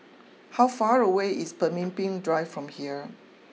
how far away is Pemimpin Drive from here